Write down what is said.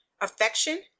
Affection